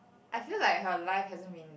I feel like her life hasn't been